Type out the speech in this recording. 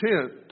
tent